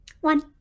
One